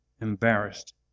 embarrassed